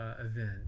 event